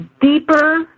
deeper